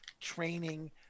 training